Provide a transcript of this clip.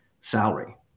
salary